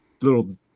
little